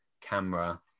camera